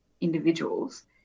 individuals